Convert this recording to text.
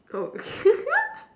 oh